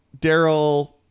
daryl